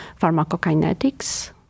pharmacokinetics